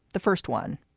the first one,